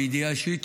מידיעה אישית,